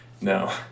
No